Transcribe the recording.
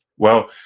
well,